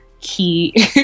key